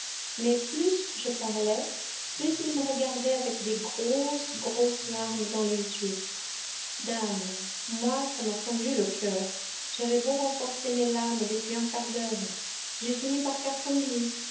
mais plus je parlais plus il me regardait avec de grosses grosses larmes dans les yeux dame moi ça m'a fendu le coeur j'avais beau renfoncer mes larmes depuis un quart d'heure j'ai fini par faire comme lui